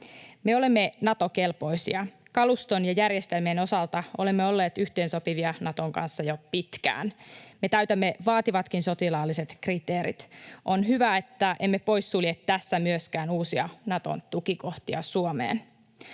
Me olemme Nato-kelpoisia. Kaluston ja järjestelmien osalta olemme olleet yhteensopivia Naton kanssa jo pitkään. Me täytämme vaativatkin sotilaalliset kriteerit. On hyvä, että emme poissulje tässä myöskään uusia Naton tukikohtia Suomeen.